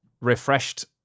refreshed